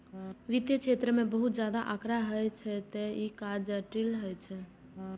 वित्तीय क्षेत्र मे बहुत ज्यादा आंकड़ा होइ छै, तें ई काज जटिल होइ छै